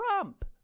Trump